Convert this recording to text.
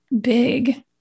big